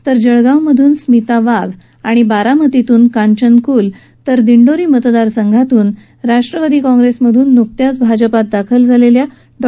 तर जळगावमधून स्मिता वाघ बारामतीतून कांचन कुल तर दिंडोरी मतदारसंघातून राष्ट्रवादी काँग्रिसमधून भाजपात दाखल झालेल्या डॉ